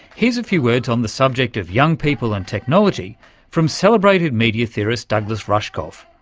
here's a few words on the subject of young people and technology from celebrated media theorist douglas rushkoff,